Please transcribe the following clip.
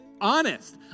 Honest